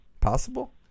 Possible